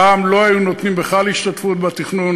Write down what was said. פעם לא היו נותנים בכלל השתתפות בתכנון,